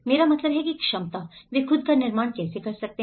मेरा मतलब है कि क्षमता वे खुद का निर्माण कैसे कर सकते हैं